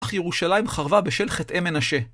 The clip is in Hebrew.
אך ירושלים חרבה בשל חטאי מנשה.